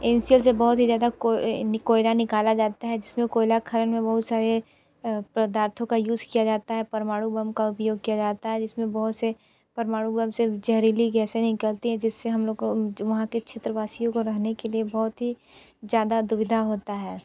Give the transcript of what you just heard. N C L से बहुत ही ज़्यादा कोयला निकाला जाता है जिसमें कोयला खनन में बहुत सारे पदार्थों का यूज़ किया जाता है परमाणु बम का उपयोग किया जाता है जिसमें बहुत से परमाणु बम से ज़हरीली गैसें निकलती हैं जिससे हम लोग को वहाँ के क्षेत्र वासियों को रहने के लिए बहुत ही ज़्यादा दुविधा होता है